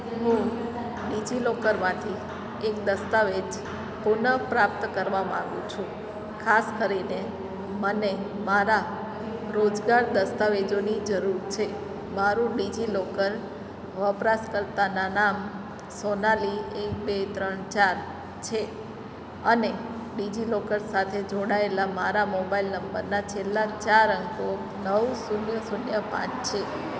હું ડીજીલોકરમાંથી એક દસ્તાવેજ પુનઃપ્રાપ્ત કરવા માગું છું ખાસ કરીને મને મારા રોજગાર દસ્તાવેજોની જરૂર છે મારું ડીજીલોકર વપરાશકર્તા નામ સોનાલી એક બે ત્રણ ચાર છે અને ડીજીલોકર સાથે જોડાયેલા મારા મોબાઈલ નંબરના છેલ્લા ચાર અંકો નવ શૂન્ય શૂન્ય પાંચ છે